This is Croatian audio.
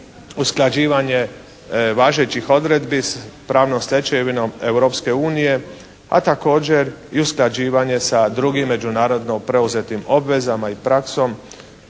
usklađivanje važećih odredbi sa pravnom stečevinom Europske unije. A također i usklađivanje sa drugim međunarodno preuzetim obvezama i praksom.